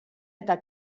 eta